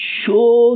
show